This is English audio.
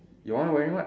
your one wearing what